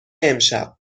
امشب